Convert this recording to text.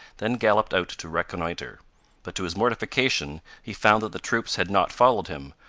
then galloped out to reconnoiter but to his mortification he found that the troops had not followed him,